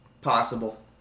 possible